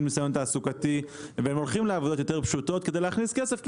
ניסיון תעסוקתי והם הולכים לעבודות יותר פשוטות כדי להכניס כסף,